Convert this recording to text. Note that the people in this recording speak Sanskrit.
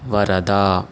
वरदा